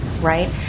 right